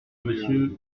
monsieur